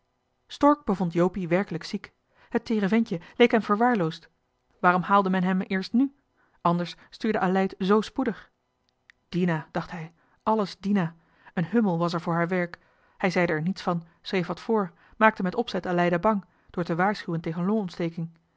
bevond jopie werkelijk ziek het teere ventje leek hem verwaarloosd waarom haalde men hem nu eerst anders stuurde aleid z spoedig dina dacht hij alles dina een hummel was er voor haar werk hij zeide er niets van schreef wat voor maakte met opzet aleida bang door te waarschuwen tegen longontsteking